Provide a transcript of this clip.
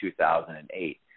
2008